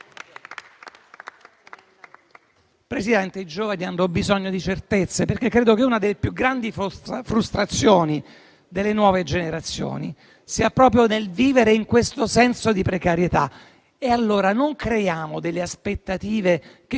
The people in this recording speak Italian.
Presidente, i giovani hanno bisogno di certezze, perché credo che una delle più grandi frustrazioni delle nuove generazioni sia proprio vivere in questo senso di precarietà. E allora non creiamo aspettative che